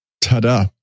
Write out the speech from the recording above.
ta-da